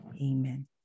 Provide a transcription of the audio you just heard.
Amen